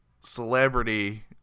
celebrity